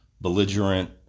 belligerent